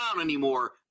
anymore